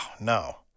no